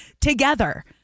together